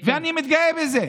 ואני מתגאה בזה.